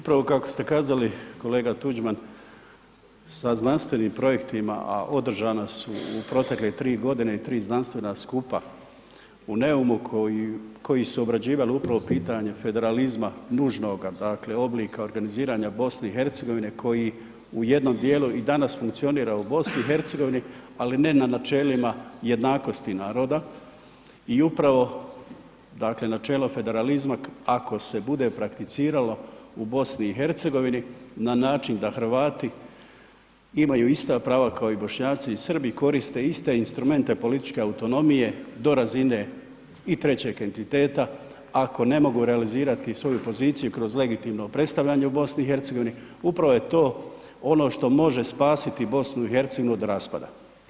Upravo kako ste kazali kolega Tuđman sa znanstvenim projektima, a održana su u protekle 3.g. i 3 znanstvena skupa u Neumu koji, koji su obrađivali upravo pitanje federalizma nužnoga, dakle oblika organiziranja BiH koji u jednom djelu i danas funkcionira u BiH, ali ne na načelima jednakosti naroda i upravo dakle načelo federalizma ako se bude prakticiralo u BiH na način da Hrvati imaju ista prava kao i Bošnjaci i Srbi, koriste iste instrumente političke autonomije do razine i trećeg entiteta ako ne mogu realizirati svoju poziciju kroz legitimno predstavljanje u BiH upravo je to ono što može spasiti BiH od raspada.